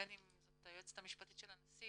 בין אם זאת היועצת המשפטית של הנשיא